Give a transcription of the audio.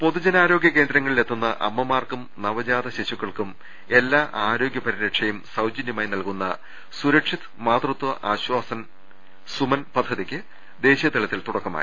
പൊതുജനാരോഗൃ കേന്ദ്രങ്ങളിലെത്തുന്ന അമ്മമാർക്കും നവജാത ശിശുക്കൾക്കും എല്ലാ ആരോഗ്യപരിരക്ഷയും സൌജന്യമായി നൽകുന്ന സുരക്ഷിത് മാതൃത്വ ആശ്വാസൻ സുമൻ പദ്ധതിക്ക് ദേശീ യതലത്തിൽ തുടക്കമായി